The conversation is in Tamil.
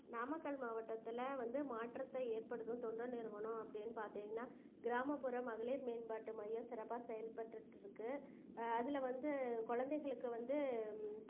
நாமக்கல் மாவட்டத்தில் வந்து மாற்றத்தை ஏற்படுத்தும் தொண்டு நிறுவினோம் அப்படின்னு பார்த்திங்கன்னா கிராமப்புற மகளீர் மேம்பாட்டு மையம் சிறப்பாக செயல்பட்டுகிட்டு இருக்குது அதில் வந்து குழந்தைகளுக்கு வந்து